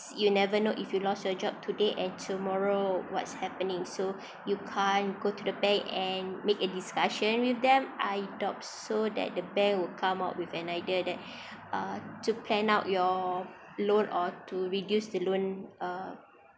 you never know if you lost your job today and tomorrow what's happening so you can't go to the bank and make a discussion with them I doubt so that the bank would come out with an idea that uh to plan out your loan or to reduce the loan uh